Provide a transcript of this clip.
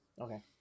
okay